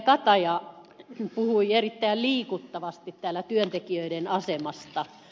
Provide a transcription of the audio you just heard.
kataja puhui erittäin liikuttavasti täällä työntekijöiden asemasta